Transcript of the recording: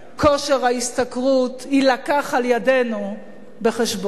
כושר ההשתכרות יילקח על-ידינו בחשבון.